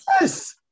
Yes